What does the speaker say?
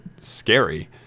scary